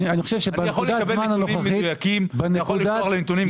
אני חושב שבנקודת הזמן הנוכחית --- אני יכול לקבל נתונים מדויקים?